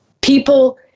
people